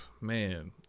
man